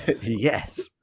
yes